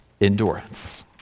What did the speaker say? endurance